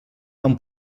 fan